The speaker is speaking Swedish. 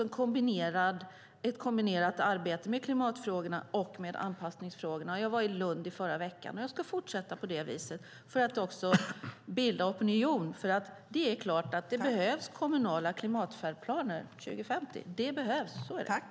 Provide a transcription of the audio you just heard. De bedriver ett kombinerat arbete gällande klimat och anpassningsfrågor. Jag var i Lund förra veckan och ska fortsätta på det viset för att bilda opinion. Det är klart att det behövs kommunala klimatfärdplaner 2050.